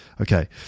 Okay